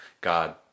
God